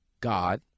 God